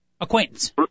acquaintance